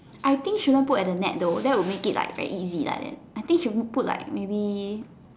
I think shouldn't put at the net though that would make it like very easy like that I think should put like maybe